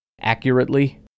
accurately